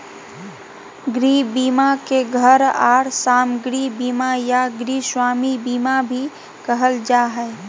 गृह बीमा के घर आर सामाग्री बीमा या गृहस्वामी बीमा भी कहल जा हय